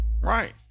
Right